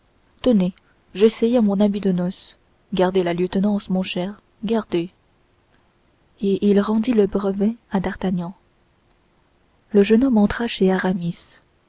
tenez j'essayais mon habit de noce gardez la lieutenance mon cher gardez et il rendit le brevet à d'artagnan le jeune homme entra chez